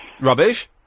Rubbish